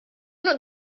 not